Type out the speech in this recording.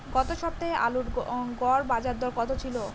গত সপ্তাহে আলুর গড় বাজারদর কত ছিল?